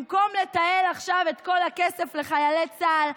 במקום לתעל עכשיו את כל הכסף לחיילי צה"ל,